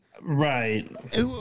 Right